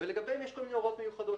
יש כל מיני הוראות מיוחדות,